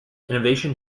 innovation